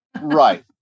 Right